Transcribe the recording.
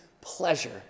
pleasure